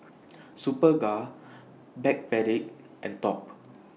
Superga Backpedic and Top